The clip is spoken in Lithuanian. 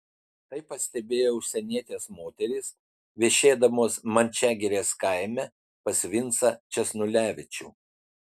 tai pastebėjo užsienietės moterys viešėdamos mančiagirės kaime pas vincą česnulevičių